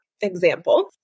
example